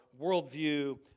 worldview